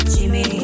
Jimmy